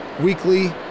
weekly